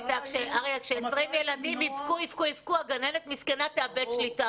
כש-20 ילדים יבכו, הגננת מסכנה תאבד שליטה.